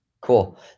cool